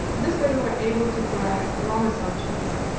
this way we were able to correct wrong assumptions.